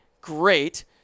Great